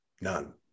None